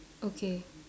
okay